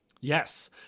Yes